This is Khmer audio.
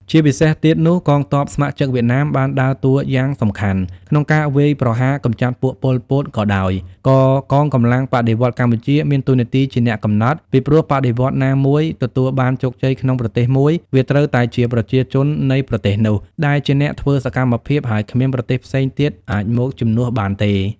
ជាពិសេសទៀតនោះកងទ័ពស្ម័គ្រចិត្តវៀតណាមបានដើរតួរយ៉ាងសំខាន់ក្នុងការវាយប្រហារកំចាត់ពួក ប៉ុល ពត ក៏ដោយ ក៏កងកម្លាំងបដិវត្តន៍កម្ពុជា មានតួរនាទីជាអ្នកកំណត់ ពីព្រោះបដិវត្តន៍ណាមួយទទួលបានជោគជ័យក្នុងប្រទេសមួយ វាត្រូវតែជាប្រជាជននៃប្រទេសនោះ ដែលជាអ្នកធ្វើសកម្មភាព ហើយគ្មានប្រទេសផ្សេងទៀតអាចមក ជំនួសបានទេ។